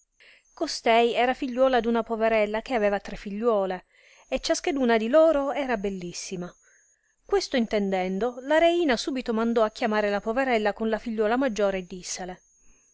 costei era figliuola d una poverella che aveva tre figliuole e ciascheduna di loro era bellissima questo intendendo la reina subito mandò a chiamare la poverella con la figliuola maggiore e dissele